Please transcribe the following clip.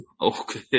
Okay